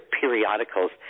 periodicals